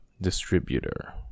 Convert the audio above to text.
Distributor